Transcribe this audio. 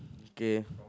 okay